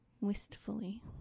wistfully